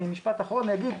במשפט אחרון אני אגיד,